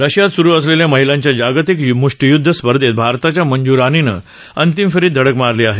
रशियात सुरू असलेल्या महिलांच्या जागतिक मुष्टीयुद्ध स्पर्धेत भारताच्या मंजू रानीनं अंतिम फेरीत धडक मारली आहे